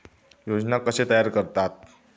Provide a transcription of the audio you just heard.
योजना कशे तयार करतात?